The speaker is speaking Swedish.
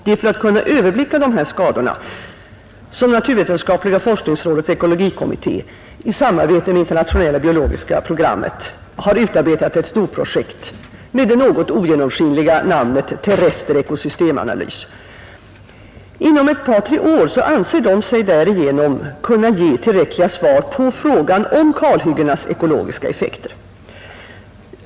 Det är för att kunna överblicka dessa skador som naturvetenskapliga forskningsrådets ekologikommitté i samarbete med det internationella biologiska programmet har utarbetat ett storprojekt med det något ogenomskinliga namnet Terrester ekosystemanalys. Inom ett par tre år anser de sig därigenom kunna ge tillräckliga svar på frågan om kalhyggenas ekologiska effekter.